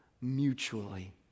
mutually